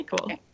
cool